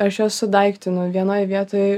aš ją sudaiktinu vienoj vietoj